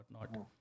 whatnot